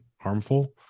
harmful